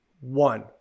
One